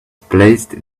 placed